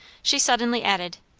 she suddenly added,